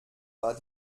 war